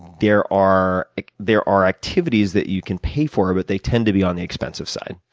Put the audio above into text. there are there are activities that you can pay for but they tend to be on the expensive side.